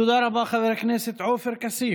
תודה רבה, חבר הכנסת עופר כסיף.